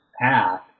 path